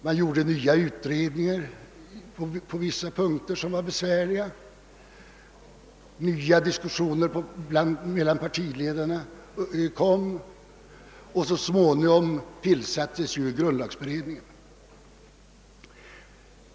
Man gjorde också nya utredningar på vissa besvärliga punkter, och efter förnyade diskussioner mellan partiledarna tillsattes så småningom grundlagberedningen.